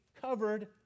covered